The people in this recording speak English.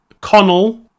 Connell